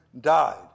died